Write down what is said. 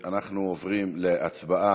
אנחנו עוברים להצבעה.